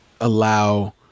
allow